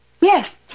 Yes